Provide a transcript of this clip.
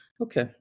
okay